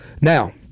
Now